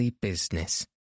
business